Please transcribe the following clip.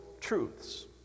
truths